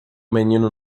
menino